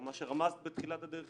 או למה שרמזת בתחילת הדרך.